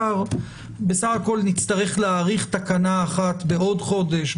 בסך הכול נצטרך להאריך תקנה אחת בעוד חודש,